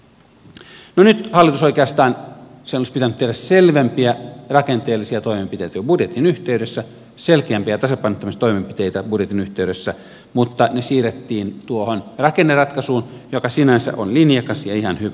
no nyt hallituksen oikeastaan olisi pitänyt tehdä selvempiä rakenteellisia toimenpiteitä jo budjetin yhteydessä selkeämpiä tasapainottamistoimenpiteitä budjetin yhteydessä mutta ne siirrettiin tuohon rakenneratkaisuun joka sinänsä on linjakas ja ihan hyvä